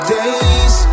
days